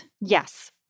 Yes